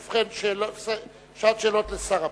ובכן, שעת שאלות לשר הפנים,